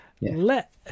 let